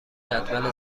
جدول